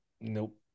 Nope